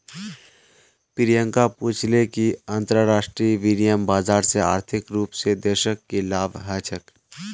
प्रियंका पूछले कि अंतरराष्ट्रीय विनिमय बाजार से आर्थिक रूप से देशक की लाभ ह छे